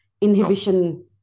inhibition